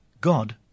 God